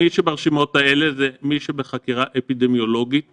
מי שברשימות האלה זה מי שבחקירה אפידמיולוגית